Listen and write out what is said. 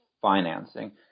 financing